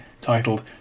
titled